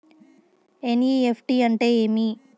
NEFT అంటే ఏమి